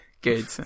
Good